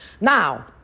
Now